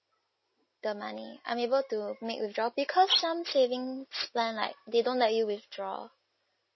the money I'm able to make withdraw because some savings plan like they don't let you withdraw